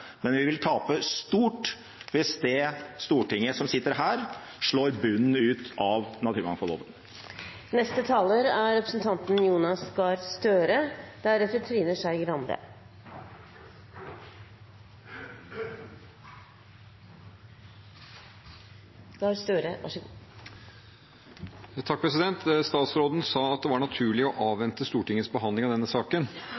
men vi vil tape stort hvis det stortinget som sitter her, slår bunnen ut av naturmangfoldloven. Statsråden sa at det var naturlig å